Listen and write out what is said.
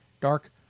Dark